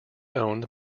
owned